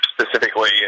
specifically